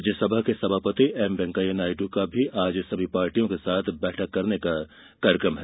राज्यसभा के सभापति एम वेंकैया नायडू का भी आज सभी पार्टियों के साथ बैठक करने का कार्यक्रम है